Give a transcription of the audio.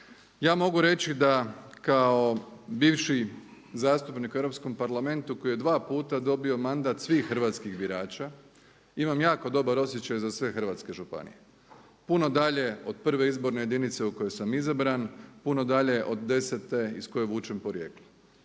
Ja mogu reći da kao bivši zastupnik u Europskom parlamentu koji je dva puta dobio mandat svih hrvatskih birača imam jako dobar osjećaj za sve hrvatske županije. Puno dalje od 1. izborne jedinice u kojoj sam izabran, puno dalje od 10. iz koje vučem porijeklo.